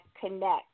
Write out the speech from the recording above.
connect